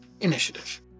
initiative